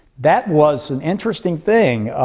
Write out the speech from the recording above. that was an interesting thing.